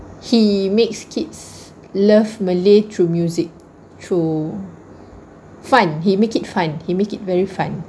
he makes kids love malay through music through fun he make it fun he make it very fun